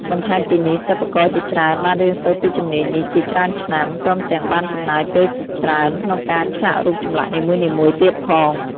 បន្ថែមពីនេះ សិប្បករជាច្រើនបានរៀនសូត្រពីជំនាញនេះជាច្រើនឆ្នាំ ព្រមទាំងបានចំណាយពេលជាច្រើនក្នុងការឆ្លាក់រូបចម្លាក់នីមួយៗទៀតផង។